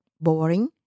boring